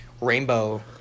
rainbow